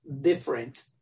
different